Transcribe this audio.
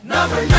Number